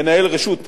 מנהל רשות המסים,